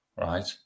right